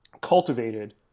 cultivated